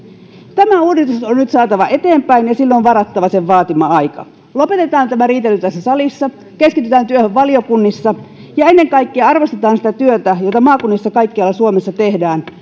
tämä uudistus on nyt saatava eteenpäin ja sille on varattava sen vaatima aika lopetetaan tämä riitely tässä salissa keskitytään työhön valiokunnissa ja ennen kaikkea arvostetaan sitä työtä jota maakunnissa kaikkialla suomessa tehdään